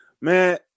man